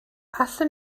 allwn